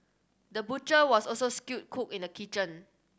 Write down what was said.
the butcher was also skilled cook in the kitchen